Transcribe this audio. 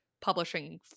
publishing